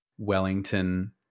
Wellington